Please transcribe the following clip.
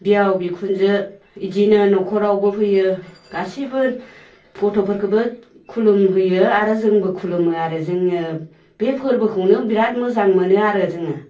बिहाव बिखुनजो इदिनो न'खरावबो फैयो गासिबो गथ'फोरखोबो खुलुम होयो आरो जोंबो खुलुमो आरो जोङो बे फोरबोखौनो बिराद मोजां मोनो आरो जोङो